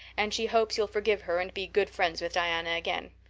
and she hopes you'll forgive her and be good friends with diana again.